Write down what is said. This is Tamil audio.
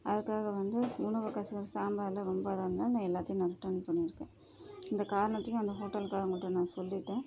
அதுக்காக வந்து உணவு கசப்பு சாம்பாரில் ரொம்ப இதாக இருந்தால் நான் எல்லாத்தையும் நான் ரிட்டன் பண்ணிருக்கேன் இந்த காரணத்தையும் அந்த ஹோட்டல்காரவங்கள்கிட்ட நான் சொல்லிவிட்டேன்